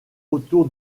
autour